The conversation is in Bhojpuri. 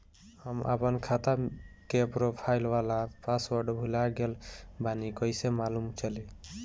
हम आपन खाता के प्रोफाइल वाला पासवर्ड भुला गेल बानी कइसे मालूम चली?